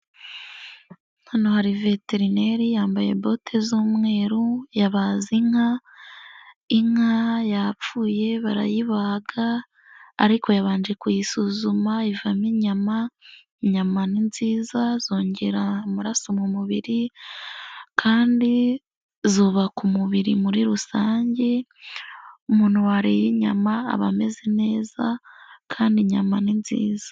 Hano hari veterineri yambaye bote z'umweru yabaze inka, inka yapfuye barayibaga ariko yabanje kuyisuzuma, ivamo inyama, inyama ni nziza zongera amaraso mu mubiri kandi zubaka umubiri muri rusange, umuntu wariye inyama aba ameze neza kandi inyama ni nziza.